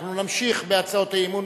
אנחנו נמשיך בהצעות האי-אמון,